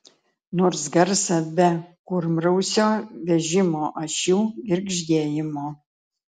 nors garsą be kurmrausio vežimo ašių girgždėjimo